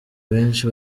benshi